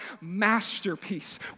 masterpiece